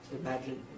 imagine